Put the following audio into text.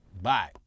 Bye